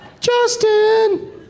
Justin